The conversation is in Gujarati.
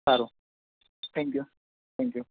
સારું થેન્ક્યુ થેન્ક્યુ